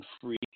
free